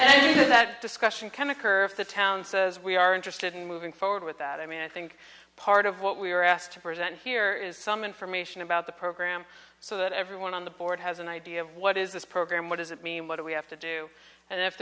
say that discussion kind of her if the town says we are interested in moving forward with that i mean i think part of what we were asked to present here is some information about the program so that everyone on the board has an idea of what is this program what does it mean what do we have to do and if